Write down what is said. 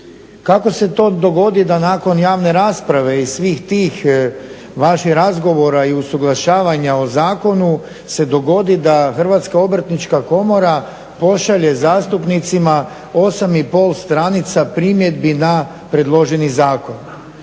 kako se to dogodi da nakon javne rasprave i svih tih vaših razgovara i usuglašavanja o zakonu se dogodi da Hrvatska obrtnička komora pošalje zastupnicima 8,5 stranica primjedbi na predloženi zakon.